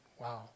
Wow